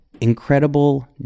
incredible